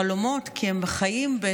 חלומות כי הם חיים בחלום,